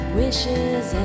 wishes